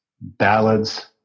ballads